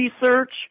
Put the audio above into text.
research